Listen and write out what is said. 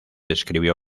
escribió